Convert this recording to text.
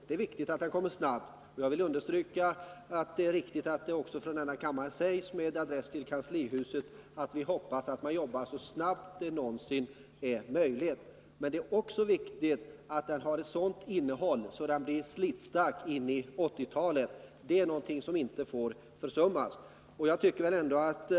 Det är viktigt att den kommer snart, och jag vill understryka att det är viktigt att det från denna kammare, med adress kanslihuset, sägs att vi hoppas att departementet jobbar så snabbt som det någonsin är möjligt. Men det är också väsentligt att propositionen har ett sådant innehåll att den blir slitstark in i 1980-talet. Det är någonting som inte får försummas.